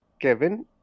Kevin